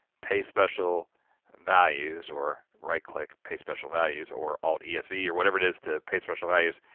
paste special values or right click, paste special values or alt e s v or whatever it is to paste special values.